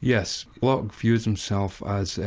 yes. locke views himself as